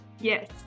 Yes